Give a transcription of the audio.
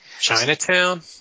Chinatown